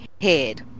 head